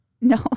no